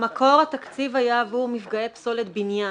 במקור התקציב היה עבור מפגעי פסולת בניין.